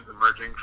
emerging